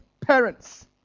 parents